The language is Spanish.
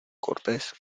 cortés